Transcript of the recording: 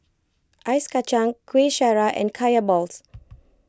Ice Kacang Kueh Syara and Kaya Balls